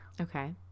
Okay